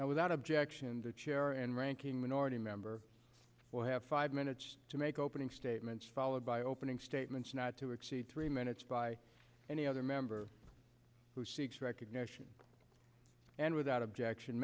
now without objection the chair and ranking minority member will have five minutes to make opening statements followed by opening statements not to exceed three minutes by any other member who seeks recognition and without objection